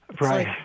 Right